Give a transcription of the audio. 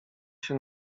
się